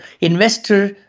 investor